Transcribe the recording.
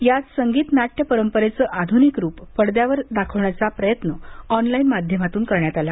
याच संगीत नाट्य परंपरेचे आधुनिक रुप पडद्यावर दाखवण्याचा प्रयत्न ऑनलाइन माध्यमातून करण्यात आला